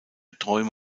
träume